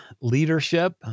leadership